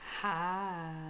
Hi